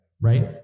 right